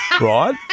right